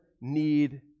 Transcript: need